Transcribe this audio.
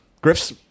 Griff's